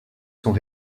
sont